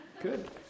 Good